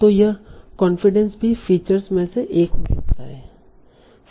तो यह कॉन्फिडेंस भी फीचर्स में से एक हो सकता है